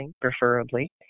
preferably